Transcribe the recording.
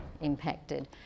impacted